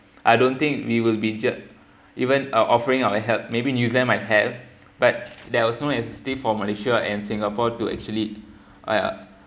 I don't think we will be ju~ even uh offering our help maybe new zealand might help but there was no incentive for malaysia and singapore to actually uh